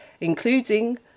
including